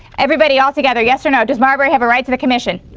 everybody all together, yes or no, does marbury have a right to the commission?